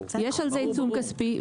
יש על זה עיצום כספי,